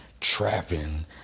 trapping